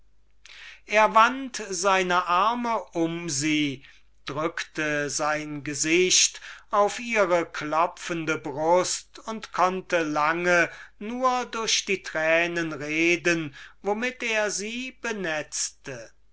er wand seine arme um sie druckte sein gesicht auf ihre klopfende brust und konnte lange nur durch die tränen reden womit er sie benetzte